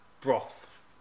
broth